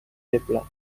feble